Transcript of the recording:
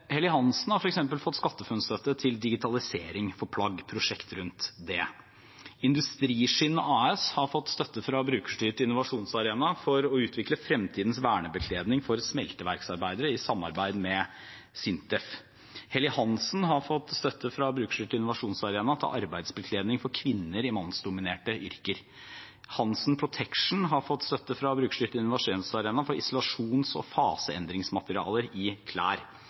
Helly Hansen har f.eks. fått SkatteFUNN-støtte til digitalisering for plagg, til prosjekt rundt det. Industriskinn AS har fått støtte fra Brukerstyrt innovasjonsarena for å utvikle fremtidens vernebekledning for smelteverksarbeidere, i samarbeid med SINTEF. Helly Hansen har fått støtte fra Brukerstyrt innovasjonsarena til arbeidsbekledning for kvinner i mannsdominerte yrker. Hansen Protection har fått støtte fra Brukerstyrt innovasjonsarena for isolasjons- og faseendringsmaterialer i klær.